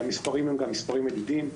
והמספרים הם מדידים.